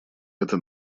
это